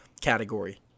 category